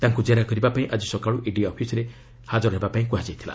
ତାଙ୍କୁ ଜେରା କରିବାପାଇଁ ଆକି ସକାଳୁ ଇଡି ଅଫିସ୍ରେ ହାଜର ହେବାକୁ କୁହାଯାଇଥିଲା